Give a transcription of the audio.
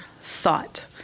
thought